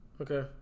Okay